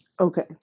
Okay